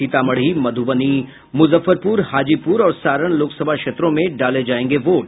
सीतामढ़ी मध्यबनी मुजफ्फरपुर हाजीपुर और सारण लोकसभा क्षेत्रों में डाले जायेंगे वोट